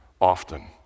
often